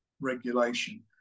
regulation